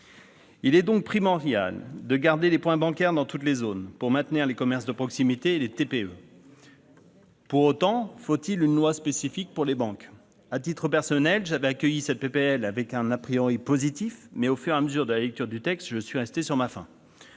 Il est donc primordial de garder les points bancaires dans toutes les zones, pour maintenir les commerces de proximité et les TPE. Pour autant, faut-il une loi spécifique pour les banques ? À titre personnel, j'avais accueilli cette proposition de loi avec un positif, mais, au fil de la lecture du texte, je suis resté sur ma faim.